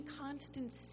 constant